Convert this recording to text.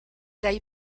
dai